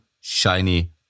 shiny